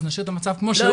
אז נשאיר את המצב כמו שהוא.